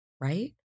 right